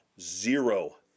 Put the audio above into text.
zero